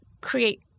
create